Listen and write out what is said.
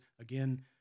again